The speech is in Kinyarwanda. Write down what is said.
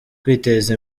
kwiteza